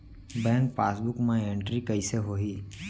Bank passbook मा entry कइसे होही?